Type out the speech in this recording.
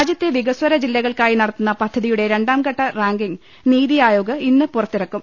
രാജ്യത്തെ വികസ്വര ജില്ലകൾക്കായി നടത്തുന്ന പദ്ധ തിയുടെ രണ്ടാംഘട്ട റാങ്കിംഗ് നിതി ആയോഗ് ഇന്ന് പുറത്തിറക്കും